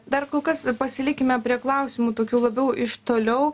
dar kol kas pasilikime prie klausimų tokių labiau iš toliau